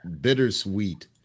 bittersweet